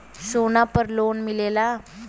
सोना पर लोन मिलेला?